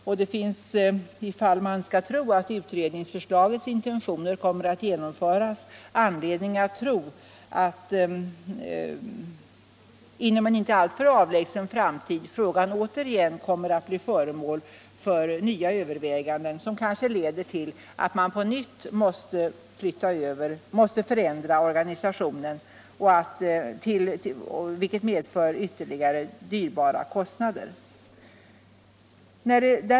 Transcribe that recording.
Om utredningsförslagets intentioner genomförs finns det anledning att tro att frågan inom en inte alltför avlägsen framtid återigen kommer att bli föremål för överväganden, som kanske leder till att man på nytt förändrar organisationen, vilket medför ytterligare stora kostnader.